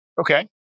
Okay